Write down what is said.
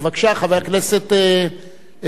חבר הכנסת בר-און,